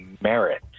merit